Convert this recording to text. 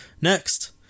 Next